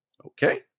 Okay